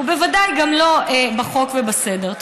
ובוודאי גם לא בחוק ובסדר.